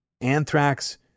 Anthrax